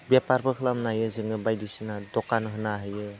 बेपारबो खालामनो हायो जोङो बायदिसिना दकान होनो हायो